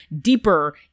deeper